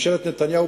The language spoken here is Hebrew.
ממשלת נתניהו,